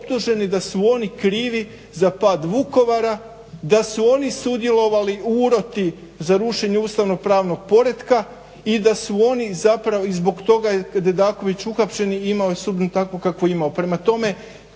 da su oni krivi za pad Vukovara, da su oni sudjelovali u uroti za rušenje ustavnopravnog poretka i da su oni zapravo, i zbog toga je Dedaković uhapšen i imao je sudbinu takvu kakvu imao.